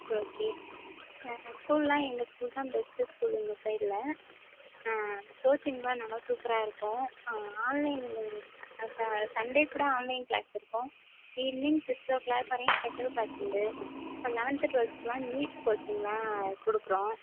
சரி ஓகே ஸ்கூல்லான் எங்கள் ஸ்கூல்தான் பெஸ்ட்டு ஸ்கூலு இந்த சைடில் கோச்சிங்லாம் நல்லா சூப்பராக இருக்கும் ஆன்லைனில் சண்டே கூட ஆன்லைன் க்ளாஸ் இருக்கும் ஈவ்னிங் சிக்ஸோ க்ளாக் வரையும் ஸ்பெஷல் க்ளாஸ் உண்டு இப்போ லெவன்த் டுவல்த்துக்கெல்லாம் நீட் கோச்சிங்லான் கொடுக்குறோம்